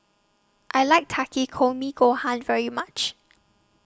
I like Takikomi Gohan very much